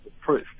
proof